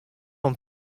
oan